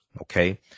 Okay